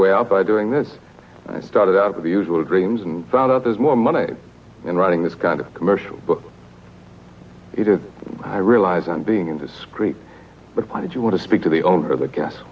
way out by doing this i started out with the usual dreams and found out there's more money in writing this kind of commercial but i realize i'm being indiscreet but why did you want to speak to the owner of the gas